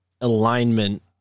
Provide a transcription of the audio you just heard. alignment